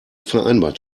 vereinbart